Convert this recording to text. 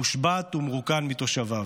מושבת ומרוקן מתושביו.